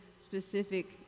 specific